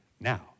now